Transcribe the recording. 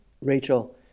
Rachel